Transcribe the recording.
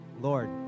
Lord